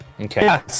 Okay